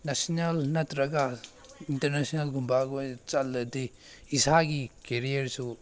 national ꯅꯠꯇ꯭ꯔꯒ ꯏꯟꯇꯔꯅꯦꯁꯅꯦꯜꯒꯨꯝꯕꯈꯣꯏ ꯆꯠꯂꯗꯤ ꯏꯁꯥꯒꯤ ꯀꯦꯔꯤꯌꯥꯔꯁꯨ